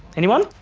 anyone?